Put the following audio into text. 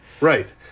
Right